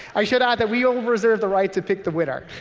i should add that we all reserve the right to pick the winner.